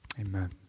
Amen